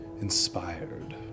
inspired